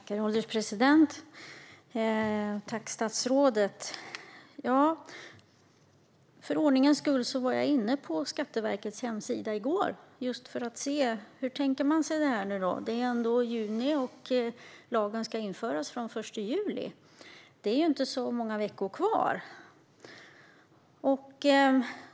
Herr ålderspresident! Tack, statsrådet! För ordningens skull var jag inne på Skatteverkets hemsida i går, för att se hur man tänker sig det här. Det är ändå juni nu, och lagen ska införas från den 1 juli. Det är inte många veckor kvar.